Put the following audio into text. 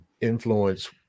influence